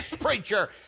preacher